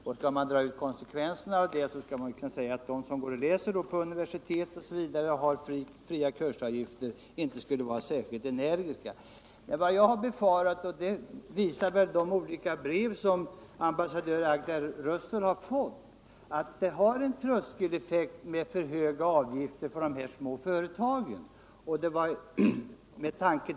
En konsekvens av det resonemanget skulle t.ex. vara att inte heller de som läser på universitet och andra skolor, utan att erlägga kursavgifter, är särskilt energiska. Vad jag befarade, och de brev som ambassadör Agda Rössel har fått bekräftar väl detta, är att alltför höga avgifter för de små företagen leder till en tröskeleffekt.